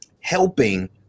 helping